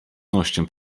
nością